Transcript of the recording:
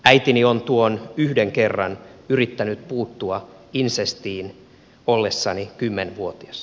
äitini on tuon yhden kerran yrittänyt puuttua insestiin ollessani kymmenvuotias